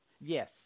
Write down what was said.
Yes